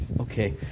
Okay